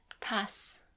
Pass